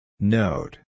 Note